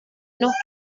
noch